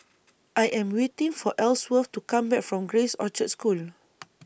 I Am waiting For Elsworth to Come Back from Grace Orchards School